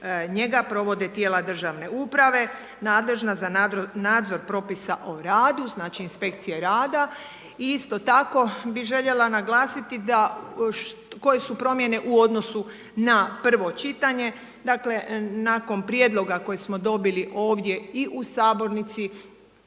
njega provode tijela državne uprave nadležna za nadzor propisa o radu, znači inspekcije rada. I isto tako bih željela naglasiti koje su promjene u odnosu na prvo čitanje. Dakle nakon prijedloga koji smo dobili ovdje i u sabornici